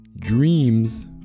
dreams